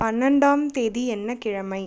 பன்னெண்டாம் தேதி என்ன கிழமை